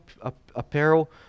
apparel